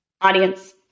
audience